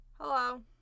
Hello